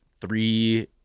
three